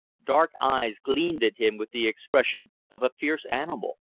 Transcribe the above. dark eyes gleamed at him with the expression of a fierce animal.